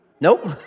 Nope